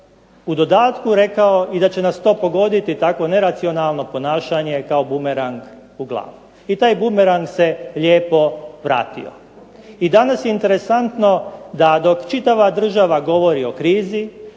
u dodatku rekao i da će nas to pogoditi, takvo neracionalno ponašanje, kao bumerang u glavu. I taj bumerang se lijepo vratio. I danas je interesantno da dok čitava država govori o krizi,